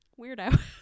weirdo